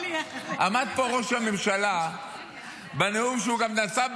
עמד פה ראש הממשלה בנאום שהוא נשא,